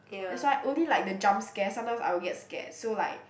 that's why only like the jump scares sometimes I will get scared so like